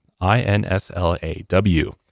I-N-S-L-A-W